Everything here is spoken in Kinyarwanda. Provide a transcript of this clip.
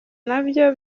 nabyo